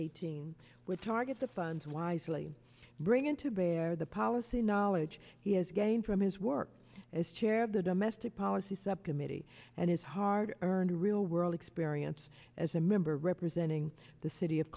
eighteen would target the funds wisely bringing to bear the policy knowledge he has gained from his work as chair of the domestic policy subcommittee and his hard earned real world experience as a member representing the city of